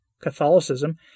Catholicism